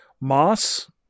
Moss